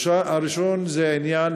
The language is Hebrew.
הראשונה היא בעניין